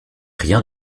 rien